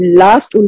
last